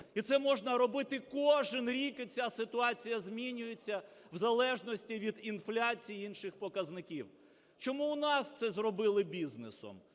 І це можна робити кожен рік, і ця ситуація змінюється в залежності від інфляції і інших показників. Чому у нас це зробили бізнесом?